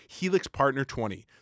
helixpartner20